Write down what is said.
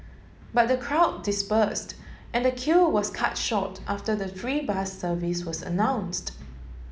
but the crowd dispersed and the queue was cut short after the free bus service was announced